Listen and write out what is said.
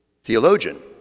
theologian